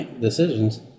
decisions